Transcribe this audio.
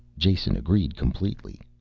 jason agreed completely.